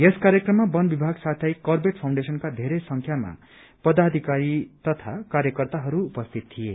यस कार्यक्रममा वन विभाग साथै करबेट फाण्डडेशनका धेरै संख्यामा पदाधिकारी तथा कार्यकर्ताहरू उपस्थित थिए